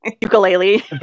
Ukulele